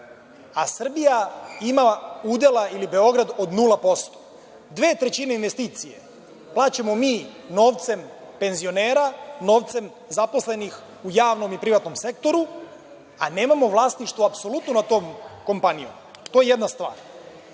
a Srbija ima udela, ili Beograd, od 0%. Dve trećine investicije plaćamo mi novcem penzionera, novcem zaposlenih u javnom i privatnom sektoru, a nemamo vlasništvo apsolutno nad tom kompanijom. To je jedna stvar. Druga